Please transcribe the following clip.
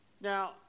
Now